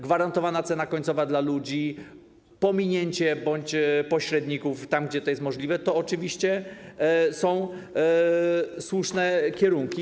Gwarantowana cena końcowa dla ludzi, pominięcie pośredników tam, gdzie to jest możliwe, to oczywiście są słuszne kierunki.